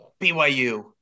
BYU